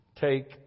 take